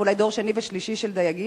וזה אולי דור שני ושלישי של דייגים?